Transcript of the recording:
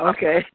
Okay